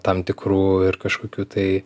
tam tikrų ir kažkokių tai